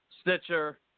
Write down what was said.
Stitcher